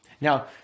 Now